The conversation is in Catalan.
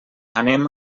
anem